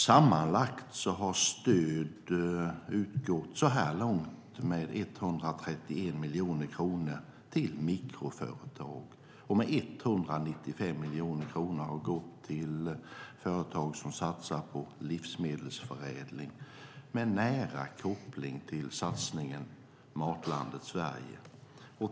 Så här långt har stöd utgått med sammanlagt 131 miljoner kronor till mikroföretag och med 195 miljoner kronor till företag som satsar på livsmedelsförädling med nära koppling till satsningen Matlandet Sverige.